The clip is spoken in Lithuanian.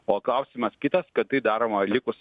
o klausimas kitas kad tai daroma likus